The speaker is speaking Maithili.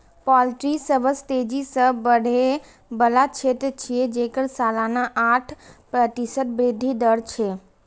पोल्ट्री सबसं तेजी सं बढ़ै बला क्षेत्र छियै, जेकर सालाना आठ प्रतिशत वृद्धि दर छै